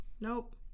Nope